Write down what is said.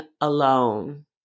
alone